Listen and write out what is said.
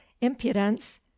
impudence